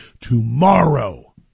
tomorrow